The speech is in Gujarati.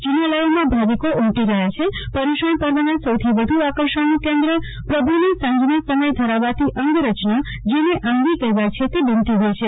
જિનાલયોમાં ભાવિકો ઉમટી રહ્યા છે પર્યુષણ પર્વના સૌથી વધુ આકર્ષણનું કેન્દ્ર પ્રભુને સાંજના સમયે ધરાવાતી અંગરચના જેને આંગી કહેવાય છે તે બનતી હોય છે